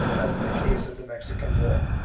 as in the case of the mexi can war.